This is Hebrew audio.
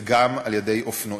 וגם על-ידי אופנועים,